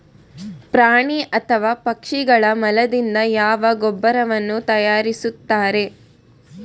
ಪ್ರಾಣಿ ಅಥವಾ ಪಕ್ಷಿಗಳ ಮಲದಿಂದ ಯಾವ ಗೊಬ್ಬರವನ್ನು ತಯಾರಿಸುತ್ತಾರೆ?